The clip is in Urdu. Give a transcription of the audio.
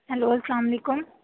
ہیلو السّلام علیکم